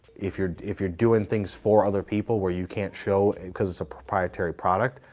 if you're if you're doing things for other people, where you can't show, cause it's a proprietary product,